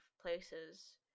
places